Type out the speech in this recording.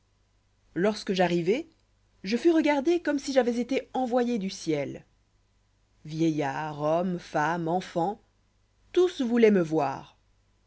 lorsque j'arrivai je fus regardé comme si j'avois été envoyé du ciel vieillards hommes femmes enfants tous vouloient me voir